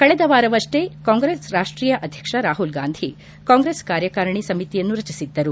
ಕಳೆದ ವಾರವಸ್ಗೇ ಕಾಂಗ್ರೆಸ್ ರಾಷ್ಷೀಯ ಅಧ್ಯಕ್ಷ ರಾಹುಲ್ಗಾಂಧಿ ಕಾಂಗ್ರೆಸ್ ಕಾರ್ಯಕಾರಿಣಿ ಸಮಿತಿಯನ್ನು ರಚಿಸಿದ್ದರು